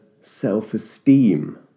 self-esteem